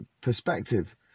perspective